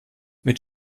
mit